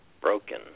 broken